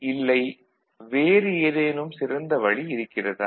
இல்லை வேறு ஏதேனும் சிறந்த வழி இருக்கிறதா